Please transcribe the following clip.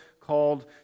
called